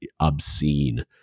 obscene